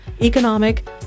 economic